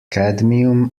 cadmium